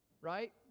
right